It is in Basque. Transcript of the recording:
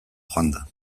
joanda